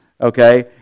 okay